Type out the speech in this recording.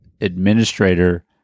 administrator